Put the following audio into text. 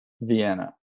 Vienna